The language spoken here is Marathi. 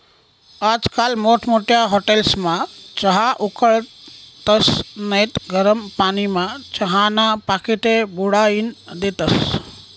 आजकाल मोठमोठ्या हाटेलस्मा चहा उकाळतस नैत गरम पानीमा चहाना पाकिटे बुडाईन देतस